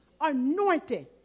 anointed